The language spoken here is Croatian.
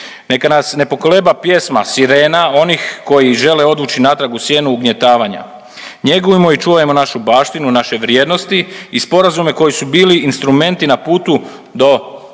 Neka nas ne pokoleba pjesma sirena onih koji žele odvući natrag u sjenu ugnjetavanja. Njegujmo i čuvajmo našu baštinu i naše vrijednosti i sporazume koji su bili instrumenti na putu do